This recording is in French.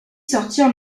sortir